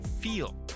feel